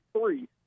three